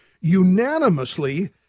unanimously